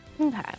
Okay